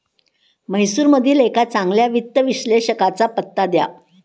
म्हैसूरमधील एका चांगल्या वित्त विश्लेषकाचा पत्ता द्या